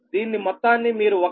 దీన్ని మొత్తాన్ని మీరు 1